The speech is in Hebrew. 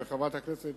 וחברת הכנסת